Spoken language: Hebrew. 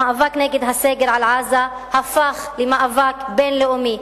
המאבק נגד הסגר על עזה הפך למאבק בין-לאומי.